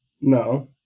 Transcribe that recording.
no